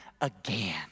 again